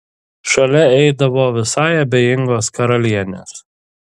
šalia eidavo visai abejingos karalienės